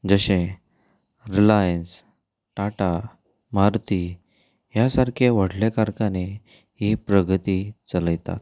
जशें रिलायन्स टाटा मारुती ह्या सारके व्हडले कारखाने ही प्रगती चलयता